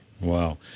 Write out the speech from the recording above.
Wow